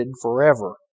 forever